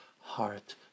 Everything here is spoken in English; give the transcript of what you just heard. heart